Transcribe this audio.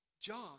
John